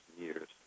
years